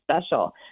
special